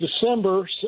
December